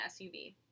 SUV